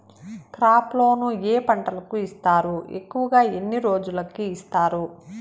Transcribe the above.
crop loan ఏ పంటలకు ఇస్తారు ఎక్కువగా ఎన్ని రోజులకి ఇస్తారు